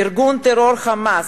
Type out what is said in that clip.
ארגון הטרור "חמאס",